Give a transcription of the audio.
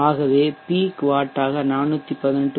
ஆகவே பீக் வாட்டாக 4 18